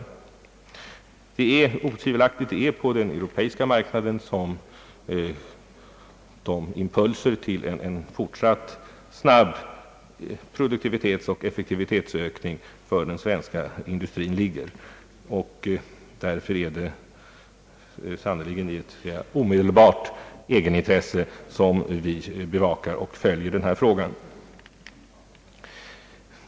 Det är otvivelaktigt på den europeiska marknaden som impulserna till en fort satt snabb produktivitetsoch effektivitetsökning för den svenska industrien ligger. Därför är det sannerligen i ett så att säga omedelbart egenintresse som vi bevakar och följer denna fråga.